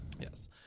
Yes